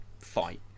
fight